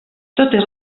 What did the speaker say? totes